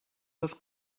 dels